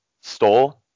stole